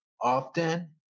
often